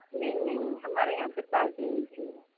نہیں نہیں ہمارے یہاں پہ تازی ملتی ہے